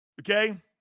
Okay